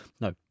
No